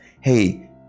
Hey